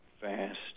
fast